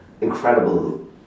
incredible